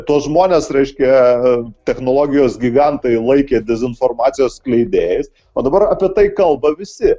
tuos žmones reiškia technologijos gigantai laikė dezinformacijos skleidėjais o dabar apie tai kalba visi